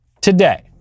Today